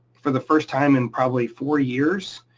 for the first time in probably four years,